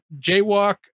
jaywalk